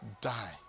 die